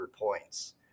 points